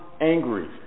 angry